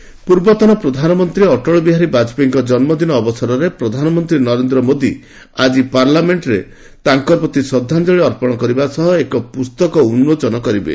PM tribute ପୂର୍ବତନ ପ୍ରଧାନମନ୍ତ୍ରୀ ଅଟଳ ବିହାରୀ ବାଜପେୟୀଙ୍କ ଜନ୍ମଦିନ ଅବସରରେ ପ୍ରଧାନମନ୍ତ୍ରୀ ନରେନ୍ଦ୍ର ମୋଦି ଆଜି ପାର୍ଲାମେଣ୍ଟରେ ତାଙ୍କ ପ୍ରତି ଶ୍ରଦ୍ଧାଞ୍ଚଳି ଅର୍ପଣ କରିବା ସହ ଏକ ପ୍ରସ୍ତକ ଉନ୍ନୋଚନ କରିବେ